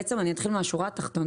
בעצם אני אתחיל מהשורה התחתונה,